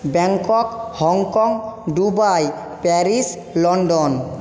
Bangkok Hong Kong Dubai Paris London